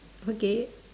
okay